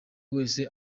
wese